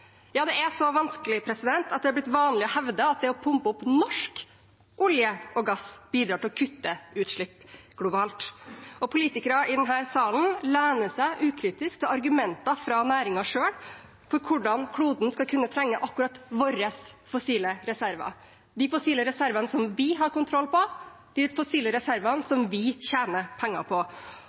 Ja, det er så vanskelig at det har blitt vanlig å hevde at det å pumpe opp norsk olje og gass bidrar til å kutte utslipp globalt. Og politikere i denne salen lener seg ukritisk til argumenter fra næringen selv for hvordan kloden vil trenge akkurat våre fossile reserver, de fossile reservene som vi har kontroll på, de fossile reservene som vi tjener penger på.